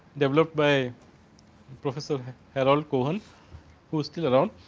develop by professor harold cohen whose still around,